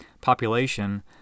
population